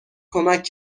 کمک